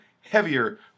heavier